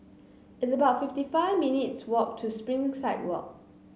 it's about fifty five minutes' walk to Springside Walk